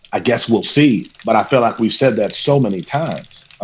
i guess we'll see. but i feel like we've said that so many times.